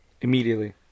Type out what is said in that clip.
Immediately